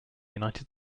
united